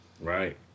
Right